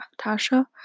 Tasha